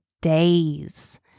days